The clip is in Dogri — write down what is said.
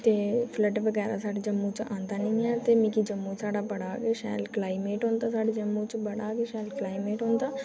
ते फ्लड बगैरा साढ़े जम्मू च आंदा निं ऐ ते मिगी जम्मू साढ़ा बड़ा गै शैल क्लाइमेट होंदा साढ़े जम्मू च बड़ा गै शैल क्लाइमेट होंदा